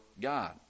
God